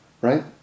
right